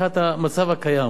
אני אגיע למה שאתה רוצה לשמוע,